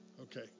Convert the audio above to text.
Okay